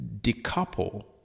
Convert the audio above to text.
decouple